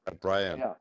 Brian